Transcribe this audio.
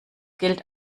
gilt